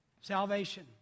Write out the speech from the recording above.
Salvation